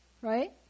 Right